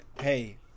hey